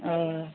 होय